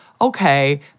okay